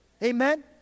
Amen